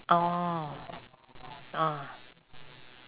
orh ah